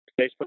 Facebook